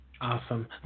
Awesome